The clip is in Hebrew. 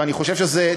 ואני חושב שזה,